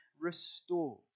restored